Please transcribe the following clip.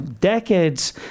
decades